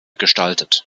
gestaltet